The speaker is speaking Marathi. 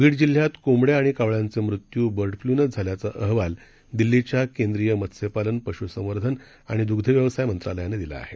बीड जिल्ह्यात कोंबड्या आणि कावळ्यांचे मृत्यू बर्ड फ्लूनेच झाल्याचा अहवाल दिल्लीच्या केंद्रिय मत्स्यपालन पशुसंवर्धन आणि दुग्धव्यवसाय मंत्रालयानं दिला आहे